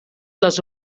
les